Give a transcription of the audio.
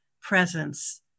presence